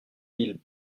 mille